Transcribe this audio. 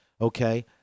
okay